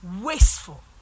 wasteful